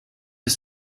ist